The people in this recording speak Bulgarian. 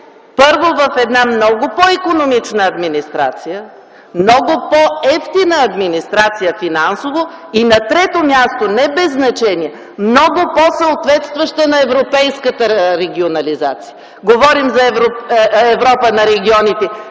първо, в едно много по-икономична администрация, много по-евтина финансово администрация, и на трето място, не без значение – много по-съответстваща на европейската регионализация. Говорим за Европа на регионите.